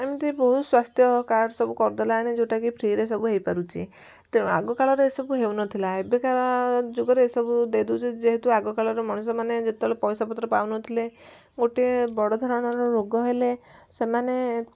ଏମତି ବହୁତ ସ୍ୱାସ୍ଥ୍ୟକାର୍ଡ଼ ସବୁ କରି ଦେଲାଣି ଯେଉଁଟା କି ଫ୍ରିରେ ସବୁ ହେଇପାରୁଛି ତେଣୁ ଆଗ କାଳରେ ଏସବୁ ହେଉ ନଥିଲା ଏବେକା ଯୁଗରେ ଏସବୁ ଦେଇ ଦଉଛି ଯେହେତୁ ଆଗ କାଳରେ ମଣିଷମାନେ ଯେତେବେଳେ ପଇସା ପତ୍ର ପାଉ ନଥିଲେ ଗୋଟେ ବଡ଼ ଧରଣର ରୋଗ ହେଲେ ସେମାନେ